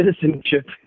citizenship